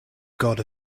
god